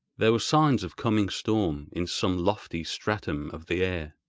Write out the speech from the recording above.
there were signs of coming storm in some lofty stratum of the air.